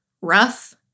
rough